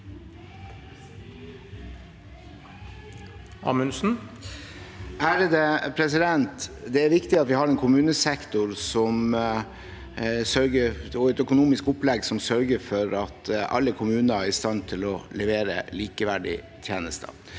Amundsen (FrP) Det er riktig at vi har en kommunesektor og et økonomisk opplegg som sørger for at alle kommuner er i stand til å levere likeverdige tjenester.